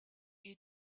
you